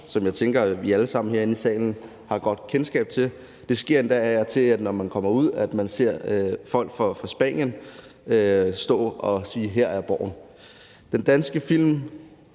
som jeg tænker at vi alle sammen her i salen har et godt kendskab til. Det sker endda af og til, når man kommer ud, at man ser folk fra Spanien stå og sige: Her er »Borgen«. De danske film